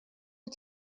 wyt